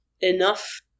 enough